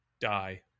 die